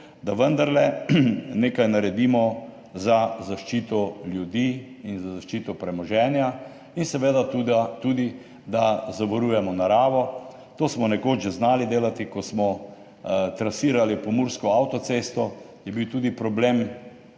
da vendarle nekaj naredimo za zaščito ljudi in za zaščito premoženja in seveda tudi to, da zavarujemo naravo. To smo nekoč že znali delati. Ko smo trasirali pomursko avtocesto, je bil tudi problem